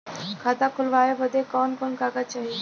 खाता खोलवावे बादे कवन कवन कागज चाही?